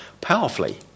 powerfully